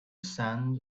sand